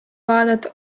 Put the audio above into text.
vaadata